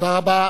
תודה רבה.